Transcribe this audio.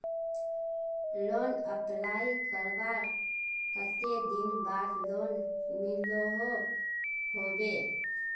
Loan apply करवार कते दिन बाद लोन मिलोहो होबे?